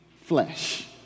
flesh